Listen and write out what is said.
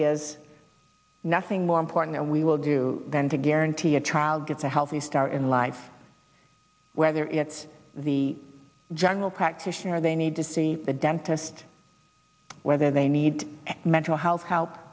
is nothing more important and we will do then to guarantee a trial gets a healthy start in life whether it's the general practitioner they need to see a dentist whether they need mental health help